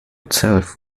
itself